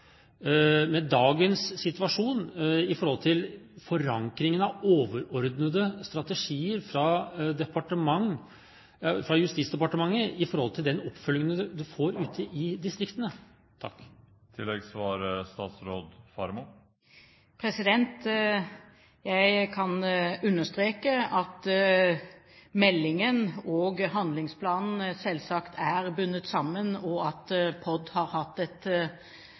med dagens situasjon når det gjelder forankringen av overordnede strategier fra Justisdepartementet i forhold til den oppfølgingen det får ute i distriktene? Jeg kan understreke at meldingen og handlingsplanen selvsagt er bundet sammen, og at POD har hatt